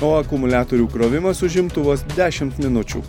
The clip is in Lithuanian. o akumuliatorių krovimas užimtų vos dešimt minučių